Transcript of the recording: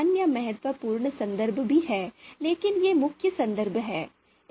अन्य महत्वपूर्ण संदर्भ भी हैं लेकिन ये मुख्य संदर्भ हैं